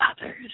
others